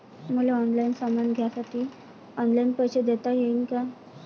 मले ऑनलाईन सामान घ्यासाठी ऑनलाईन पैसे देता येईन का?